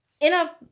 Enough